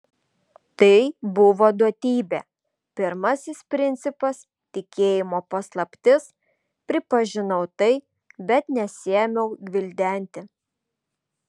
tai buvo duotybė pirmasis principas tikėjimo paslaptis pripažinau tai bet nesiėmiau gvildenti